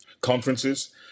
conferences